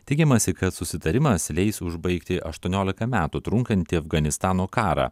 tikimasi kad susitarimas leis užbaigti aštuoniolika metų trunkantį afganistano karą